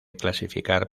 clasificar